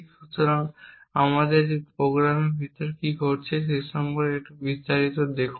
সুতরাং আমাদের এই প্রোগ্রামের ভিতরে কি ঘটছে সে সম্পর্কে একটু বিস্তারিতভাবে দেখুন